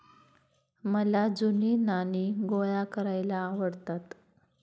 मला जुनी नाणी गोळा करायला आवडतात